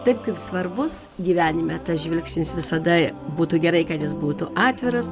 taip kaip svarbus gyvenime tas žvilgsnis visada būtų gerai kad jis būtų atviras